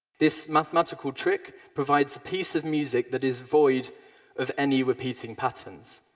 this mathematical trick provides a piece of music that is void of any repeating patterns.